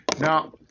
Now